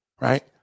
right